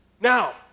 Now